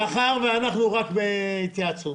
מאחר שאנחנו רק בהתייעצות,